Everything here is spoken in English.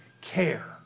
care